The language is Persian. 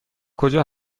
کجا